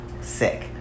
Sick